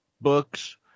books